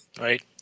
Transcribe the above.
Right